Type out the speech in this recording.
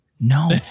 No